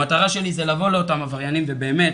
המטרה שלי זה לבוא לאותם עבריינים ובאמת